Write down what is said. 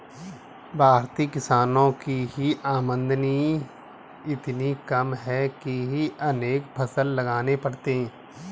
भारतीय किसानों की आमदनी ही इतनी कम है कि अनेक फसल लगाने पड़ते हैं